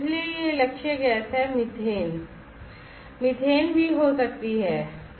इसलिए यह लक्ष्य गैस मीथेन भी हो सकती है